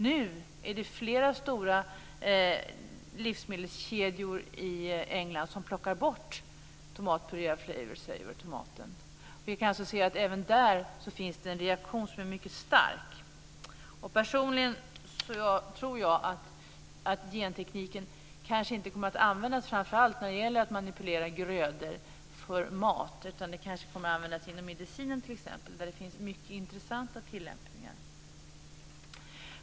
Nu är det flera stora livsmedelskedjor i England som plockar bort tomatpurén av tomatsorten Flavour Savour. Vi kan se att det även där finns en reaktion som är mycket stark. Personligen tror jag att gentekniken kanske inte kommer att användas framför allt för att manipulera grödor för mat utan inom t.ex. medicinen, där det finns mycket intressanta tillämpningar.